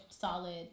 solid